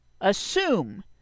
assume